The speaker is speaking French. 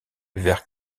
vers